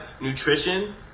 nutrition